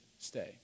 stay